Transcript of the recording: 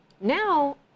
now